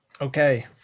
Okay